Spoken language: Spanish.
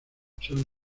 son